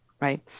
right